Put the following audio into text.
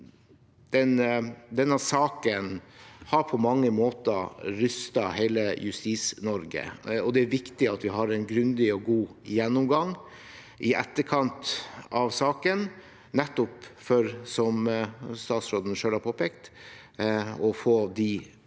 Denne saken har på mange måter rystet hele Justis-Norge. Det er viktig at vi har en grundig og god gjennomgang i etterkant av saken – som statsråden selv har påpekt – for å få de